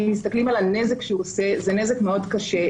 אם מסתכלים על הנזק שהוא עושה זה נזק מאוד קשה,